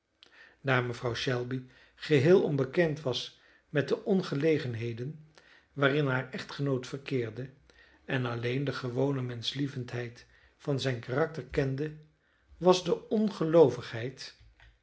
daar mevrouw shelby geheel onbekend was met de ongelegenheden waarin haar echtgenoot verkeerde en alleen de gewone menschlievendheid van zijn karakter kende was de